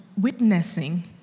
witnessing